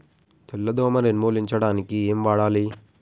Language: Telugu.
తెల్ల దోమ నిర్ములించడానికి ఏం వాడాలి?